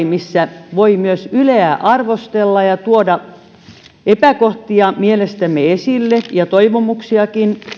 missä voi myös yleä arvostella ja tuoda esille asioita mitkä ovat mielestämme epäkohtia ja toivomuksiakin